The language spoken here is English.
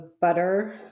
butter